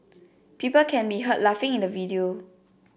people can be heard laughing in the video